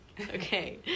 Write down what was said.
okay